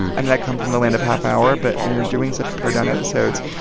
i mean, i come from the land of half hour, but when you're doing such pared down episodes,